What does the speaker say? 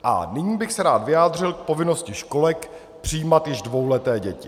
A nyní bych se rád vyjádřil k povinnosti školek přijímat již dvouleté děti.